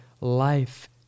life